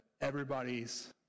Everybody's